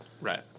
Right